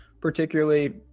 particularly